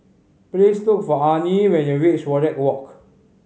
please look for Arnie when you reach Wajek Walk